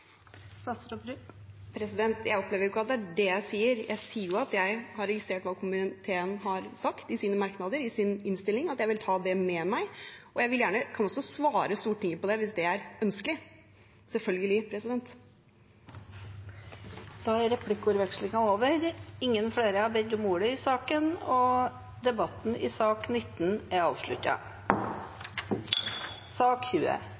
Jeg opplever ikke at det er det jeg sier. Jeg sier jo at jeg har registrert hva komiteen har sagt i sine merknader, i sin innstilling, og at jeg vil ta det med meg. Jeg kan også svare Stortinget på det hvis det er ønskelig – selvfølgelig. Replikkordskiftet er over. Flere har ikke bedt om ordet til sak nr. 19. Etter ønske fra kontroll- og konstitusjonskomiteen vil presidenten ordne debatten